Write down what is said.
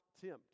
tempt